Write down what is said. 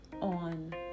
on